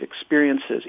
experiences